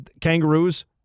kangaroos